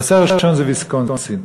הנושא הראשון הוא ויסקונסין.